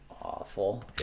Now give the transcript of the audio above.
awful